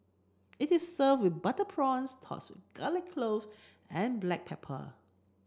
it is served with butter prawns tossed garlic clove and black pepper